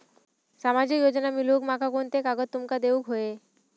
सामाजिक योजना मिलवूक माका कोनते कागद तुमका देऊक व्हये?